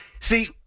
See